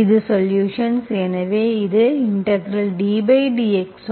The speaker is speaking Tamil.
இது சொலுஷன்ஸ் எனவே இதுddxePxdx ydxePdx